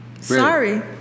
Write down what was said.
sorry